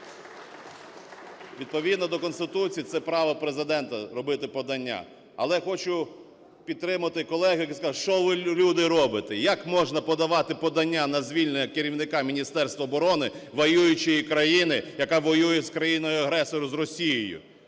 відповідно до Конституції це право Президента – робити подання. Але хочу підтримати колег, які сказали: "Що ви, люди, робите?" Як можна подавати подання на звільнення керівника Міністерства оборони воюючої країни, яка воює з країною-агресором, з Росією?